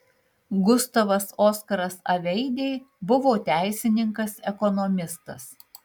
gustavas oskaras aveidė buvo teisininkas ekonomistas